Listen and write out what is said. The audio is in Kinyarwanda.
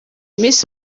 miss